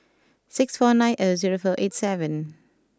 six four nine zero zero four eight seven